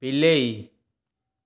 ବିଲେଇ